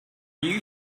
you